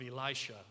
Elisha